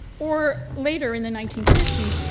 or later in the nineteen fifty s,